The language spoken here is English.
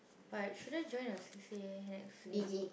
but shouldn't join a C_C_A next year